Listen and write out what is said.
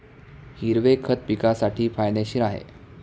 हिरवे खत पिकासाठी फायदेशीर आहे